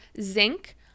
zinc